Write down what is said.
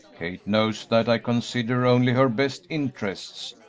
kate knows that i consider only her best interests,